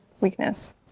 weakness